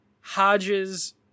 Hodges